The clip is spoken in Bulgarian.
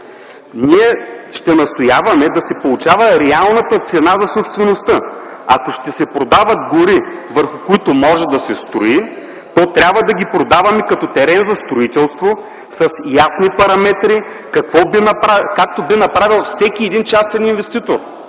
Ние ще настояваме да се получава реалната цена за собствеността. Ако ще се продават гори, върху които може да се строи, то трябва да ги продаваме като терен за строителство с ясни параметри, както би направил всеки един частен инвеститор,